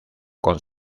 con